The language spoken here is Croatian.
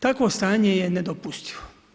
Takvo stanje je nedopustivo.